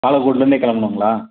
பாலக்கோட்லருந்தே கிளம்பணுங்களா